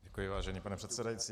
Děkuji, vážený pane předsedající.